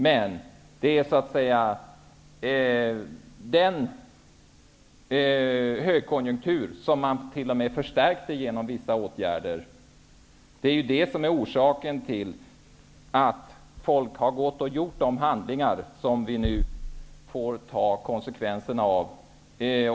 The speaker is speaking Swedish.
Men det är den högkonjunktur som man t.o.m. förstärkte genom vissa åtgärder som är orsaken till att människor har handlat som de har gjort. Det får vi nu ta konsekvenserna av.